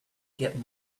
get